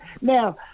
Now